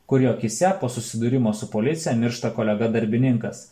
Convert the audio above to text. kur jo akyse po susidūrimo su policija miršta kolega darbininkas